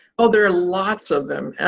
oh, there are lots of them.